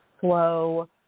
slow